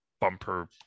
bumper